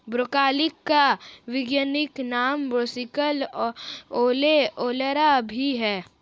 broccoli का वैज्ञानिक नाम ब्रासिका ओलेरा भी है